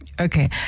Okay